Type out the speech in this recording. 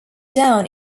down